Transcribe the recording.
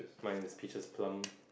mine is peaches plum